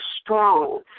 strong